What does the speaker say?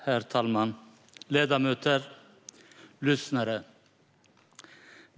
Herr talman, ledamöter och lyssnare!